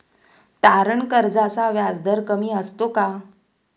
तारण कर्जाचा व्याजदर कमी असतो का?